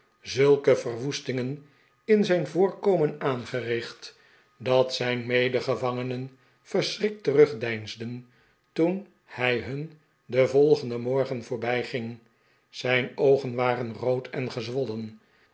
zulke ver woest ingen in zijn voorkomen aangericht dat zijn medegevangenen verschrikt terugdeinsden toen hij hun den volgenden morgen voorbijging zijn oogen waren rood en gezwollen